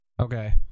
Okay